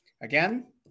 again